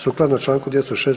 Sukladno članku 206.